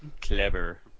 Clever